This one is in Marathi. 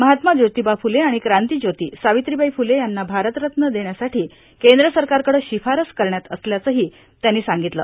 महात्मा ज्योतीबा फ्रले आणि क्रांतीज्योती सावित्रीबाई फ्रले यांना भारतरत्न देण्यासाठी केंद्र सरकारकडं शिफारस करणार असल्याचंही त्यांनी सांगितलं